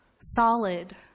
Solid